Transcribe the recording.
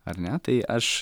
ar ne tai aš